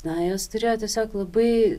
na jos turėjo tiesiog labai